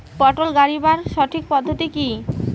পটল গারিবার সঠিক পদ্ধতি কি?